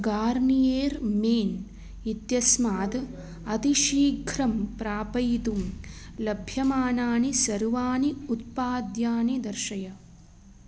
Garnier men इत्यस्मात् अतिशीघ्रं प्रापयितुं लभ्यमानाणि सर्वानि उत्पाद्यानि दर्शय